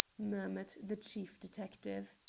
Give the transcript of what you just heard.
murmured the chief detective.